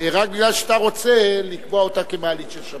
רק בגלל שאתה רוצה לקבוע אותה כמעלית של שבת.